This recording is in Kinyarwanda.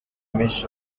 miss